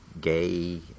gay